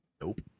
nope